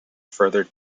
further